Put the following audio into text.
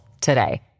today